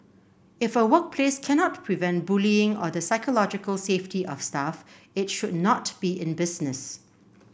if a workplace cannot prevent bullying or the psychological safety of staff it should not be in business